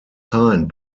signed